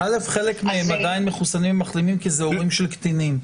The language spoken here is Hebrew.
חלק מהם עדיין מחוסנים או מחלימים כי זה הורים של קטינים.